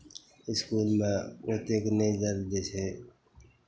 इसकुलमे एतेक नहि जाय लेल दै छै